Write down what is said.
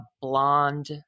blonde